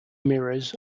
mirrors